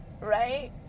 Right